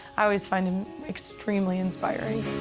i always find him extremely inspiring.